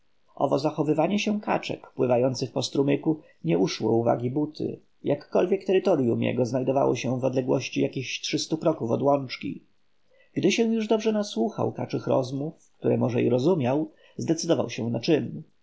zachowywanie się kaczek pływających po strumyku nie uszło uwagi buty jakkolwiek terytoryum jego znajdowało się w odległości jakich trzystu kroków od łączki gdy się już dobrze nasłuchał kaczych rozmów które może i rozumiał zdecydował się na czyn